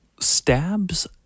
stabs